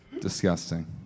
Disgusting